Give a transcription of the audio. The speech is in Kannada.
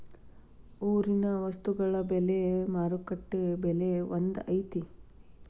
ಊರಿನ ವಸ್ತುಗಳ ಬೆಲೆ ಮಾರುಕಟ್ಟೆ ಬೆಲೆ ಒಂದ್ ಐತಿ?